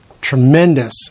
tremendous